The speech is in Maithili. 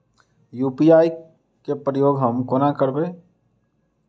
यु.पी.आई केँ प्रयोग हम कोना करबे?